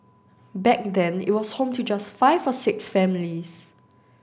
back then it was home to just five or six families